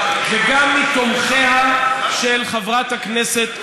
וגם מתומכיה של חברת הכנסת רוזין,